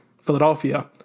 Philadelphia